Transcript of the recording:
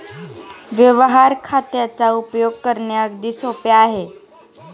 व्यवहार खात्याचा उपयोग करणे अगदी सोपे आहे